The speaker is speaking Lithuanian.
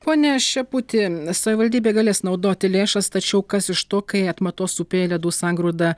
pone šeputi savivaldybė galės naudoti lėšas tačiau kas iš to kai atmatos upėje ledų sangrūda